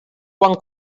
quan